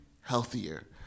healthier